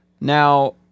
Now